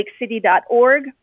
lakecity.org